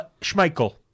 Schmeichel